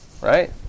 Right